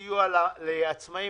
300,000. אני מזכיר שהוקדם מועד המקדמה.